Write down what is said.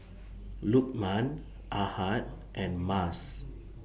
Lukman Ahad and Mas